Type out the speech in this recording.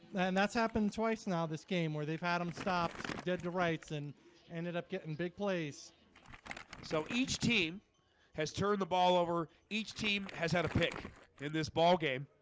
and that's happened twice. now this game where they've had them stopped dead to rights and ended up getting big place so each team has turned the ball over each team has had a pick in this ball game